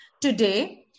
today